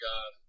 God